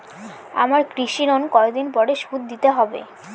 আমার কৃষিঋণ কতদিন পরে শোধ দিতে হবে?